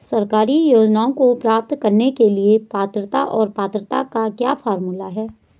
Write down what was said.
सरकारी योजनाओं को प्राप्त करने के लिए पात्रता और पात्रता का क्या फार्मूला है?